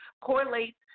correlates